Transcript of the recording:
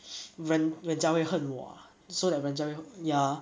人人家会恨我 ah so that 人家会恨我 ya